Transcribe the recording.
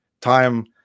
time